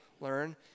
learn